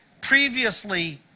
previously